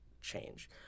change